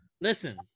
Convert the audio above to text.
listen